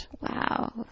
Wow